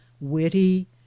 witty